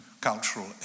cultural